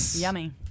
Yummy